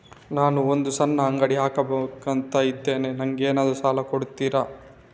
ನಾನು ಒಂದು ಸಣ್ಣ ಅಂಗಡಿ ಹಾಕಬೇಕುಂತ ಇದ್ದೇನೆ ನಂಗೇನಾದ್ರು ಸಾಲ ಕೊಡ್ತೀರಾ?